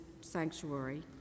sanctuary